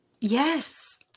Yes